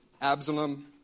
absalom